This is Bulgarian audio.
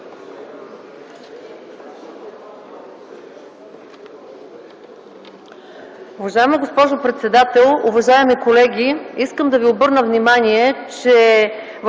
Уважаема госпожо председател, уважаеми колеги! Искам да ви обърна внимание, че